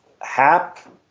Hap